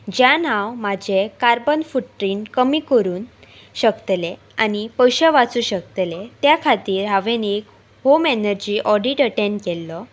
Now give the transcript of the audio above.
ज्यान हांव म्हाजें कार्बनफुट्रीन कमी करून शकतले आनी पयशे वाचूं शकतले त्या खातीर हांवें एक होम एनर्जी ऑडीट अटॅड केल्लो